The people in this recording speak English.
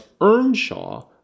Earnshaw